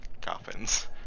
coffins